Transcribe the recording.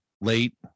late